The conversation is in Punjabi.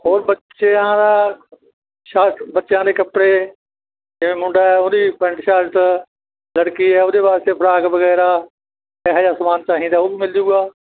ਹੋਰ ਬੱਚਿਆਂ ਦਾ ਸ਼ਰਟ ਬੱਚਿਆਂ ਦੇ ਕੱਪੜੇ ਜਿਵੇਂ ਮੁੰਡਾ ਆ ਉਹਦੀ ਪੈਂਟ ਸ਼ਰਟ ਲੜਕੀ ਆ ਉਹਦੇ ਵਾਸਤੇ ਫਰਾਕ ਵਗੈਰਾ ਇਹੋ ਜਿਹਾ ਸਮਾਨ ਚਾਹੀਦਾ ਉਹ ਵੀ ਮਿਲ ਜੂਗਾ